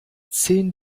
zehn